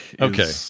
Okay